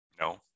No